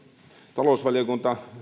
talousvaliokunnan